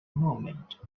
moment